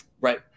Right